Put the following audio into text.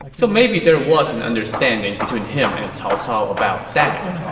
so maybe there was an understanding between him and cao cao about that.